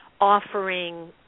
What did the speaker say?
offering